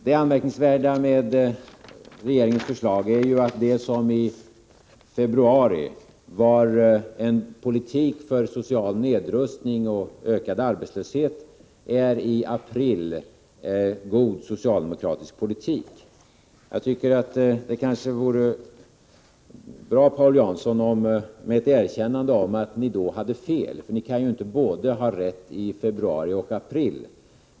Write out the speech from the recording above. Det anmärkningsvärda med regeringens förslag är att det som i februari var en politik för social nedrustning och ökad arbetslöshet i april är god socialdemokratisk politik. Jag tycker att det kanske vore bra, Paul Jansson, med ett erkännande om att ni då hade fel. Ni kan inte ha rätt både i februari och i april.